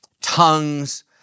tongues